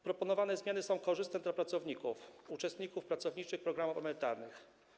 Proponowane zmiany są korzystne dla pracowników - uczestników pracowniczych programów emerytalnych.